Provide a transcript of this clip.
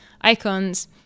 icons